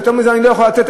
יותר מזה אני לא יכול לתת,